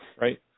right